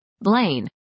Blaine